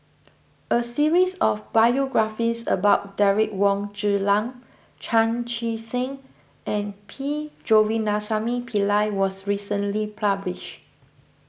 a series of biographies about Derek Wong Zi Liang Chan Chee Seng and P Govindasamy Pillai was recently published